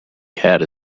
cat